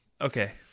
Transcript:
okay